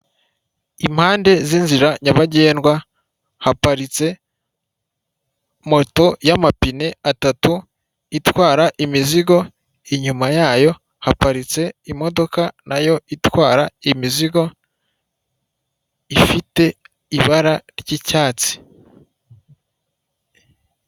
Impande z'inzira nyabagendwa haparitse moto y'amapine atatu itwara imizigo, inyuma yayo haparitse imodoka nayo itwara imizigo ifite ibara ry'icyatsi.